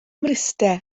mryste